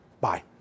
Bye